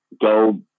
go